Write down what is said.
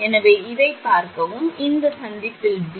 எனவே இதைப் பார்க்கவும் இந்த சந்திப்பில் பி